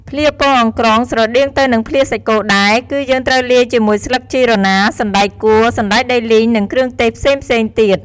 ភ្លាពងអង្រ្កងស្រដៀងទៅនឹងភ្លាសាច់គោដែរ គឺយើងត្រូវលាយជាមួយស្លឹកជីរណា សណ្ដែកកួរ សណ្ដែកដីលីង និងគ្រឿងទេសផ្សេងៗទៀត។